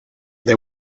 they